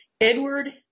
Edward